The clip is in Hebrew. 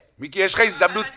הלאומית?